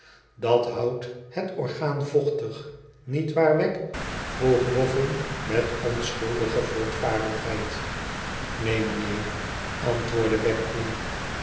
dat houdt het orgaan vochtig niet waarwegg vroeg boffin met onschuldige voortvarendheid n n een meneer antwoordde wegg